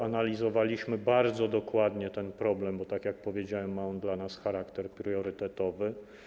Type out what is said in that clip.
Analizowaliśmy bardzo dokładnie ten problem, bo, jak powiedziałem, ma on dla nas charakter priorytetowy.